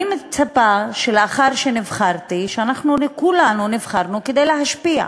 אני מצפה שלאחר שנבחרתי, כולנו נבחרנו כדי להשפיע,